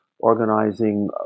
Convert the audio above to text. Organizing